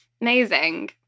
Amazing